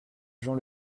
gens